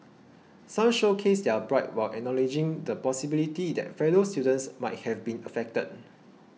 some showcased their pride while acknowledging the possibility that fellow students might have been affected